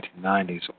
1990s